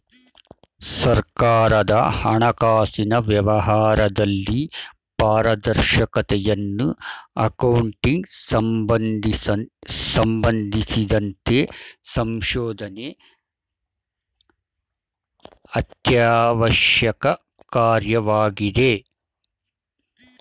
ಸರ್ಕಾರದ ಹಣಕಾಸಿನ ವ್ಯವಹಾರದಲ್ಲಿ ಪಾರದರ್ಶಕತೆಯನ್ನು ಅಕೌಂಟಿಂಗ್ ಸಂಬಂಧಿಸಿದಂತೆ ಸಂಶೋಧನೆ ಅತ್ಯವಶ್ಯಕ ಕಾರ್ಯವಾಗಿದೆ